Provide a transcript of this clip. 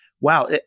wow